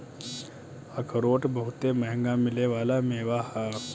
अखरोट बहुते मंहगा मिले वाला मेवा ह